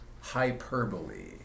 hyperbole